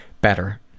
Better